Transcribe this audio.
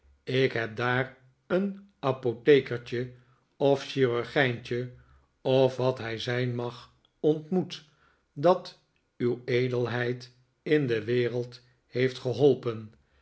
ik heb daar een apothekertje of chirurgijntje of wat hij zijn mag ontmoet dat uw edelheid in de wereld heeft geholpen